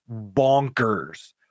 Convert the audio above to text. bonkers